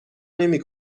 نمی